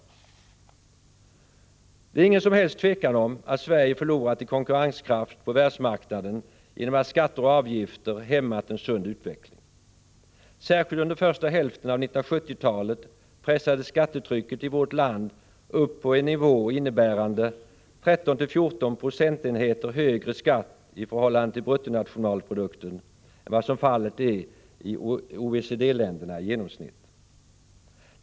Det råder inget som helst tvivel om att Sverige förlorat i konkurrenskraft på världsmarknaden genom att skatter och avgifter hämmat en sund utveckling. Särskilt under första hälften av 1970-talet pressades skattetrycket i vårt land upp på en nivå innebärande 13—14 procentenheter högre skatt i förhållande till bruttonationalprodukten än vad fallet är i OECD-länderna i genomsnitt.